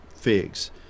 figs